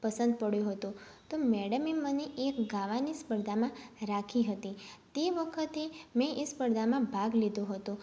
પસંદ પડ્યો હતો તો મેડમે મને એક ગાવાની સ્પર્ધામાં રાખી હતી તે વખતે મેં એ સ્પર્ધામાં ભાગ લીધો હતો